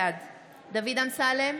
בעד דוד אמסלם,